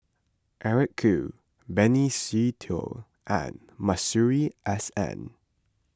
Eric Khoo Benny Se Teo and Masuri S N